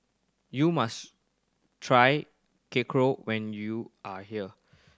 you must try Korokke when you are here